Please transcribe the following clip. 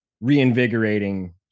reinvigorating